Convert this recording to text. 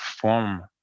form